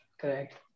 correct